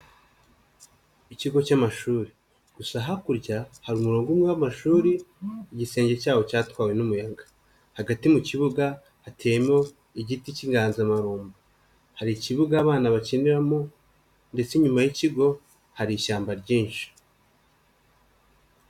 Ikigo cy'amashuri gusa hakurya hari umurongo umwe w'amashuri igisenge cyawo cyatwawe n'umuyaga, hagati mu kibuga hateyemo igiti k'inganzamarumbo, hari ikibuga abana bakiniramo ndetse inyuma y'ikigo hari ishyamba ryinshi.